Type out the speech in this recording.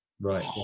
Right